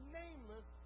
nameless